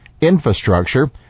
infrastructure